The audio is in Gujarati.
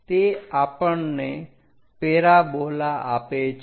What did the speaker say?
તે આપણને પેરાબોલા આપે છે